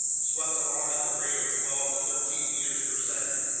swept along at the rate of twelve to thirteen meters per second,